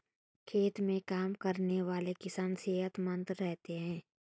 खेत में काम करने वाले किसान सेहतमंद रहते हैं